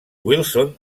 wilson